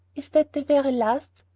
is that the very last?